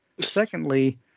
Secondly